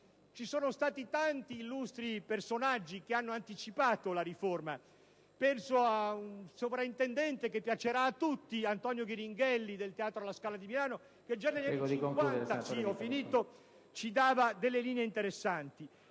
Ci sono stati tanti illustri personaggi che hanno anticipato la riforma; penso ad un sovrintendente che piacerà a tutti: Antonio Ghiringhelli, del Teatro alla Scala di Milano, che già negli anni '50 indicava delle linee interessanti.